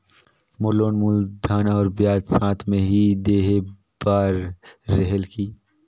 मोर loan मूलधन और ब्याज साथ मे ही देहे बार रेहेल की?